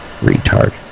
Retard